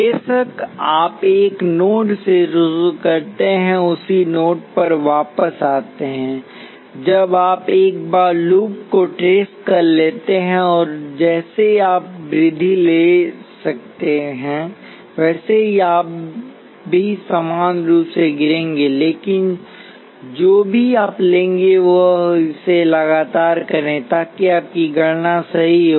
बेशक आप एक नोड से शुरू करते हैं और उसी नोड पर वापस आते हैं जब आप एक बार लूप को ट्रेस कर लेते हैं और जैसे आप वृद्धि ले सकते हैं वैसे ही आप भी समान रूप से गिरेंगे लेकिन जो भी आप लेंगे बस इसे लगातार करें ताकि आपकी गणना सही हो